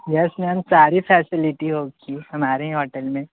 yes ma'am सारी facility होगी हमारे ही होटल में